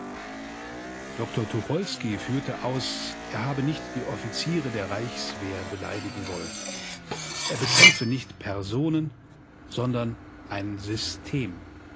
dr tucholsky führte aus er habe nicht die offiziere der reichswehr beleidigen wollen er bekämpfe nicht personen sondern ein system